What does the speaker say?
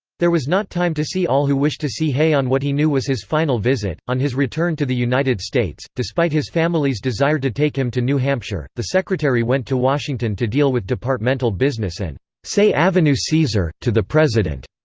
there was not time to see all who wished to see hay on what he knew was his final visit on his return to the united states, despite his family's desire to take him to new hampshire, the secretary went to washington to deal with departmental business and say ave caesar! to the president,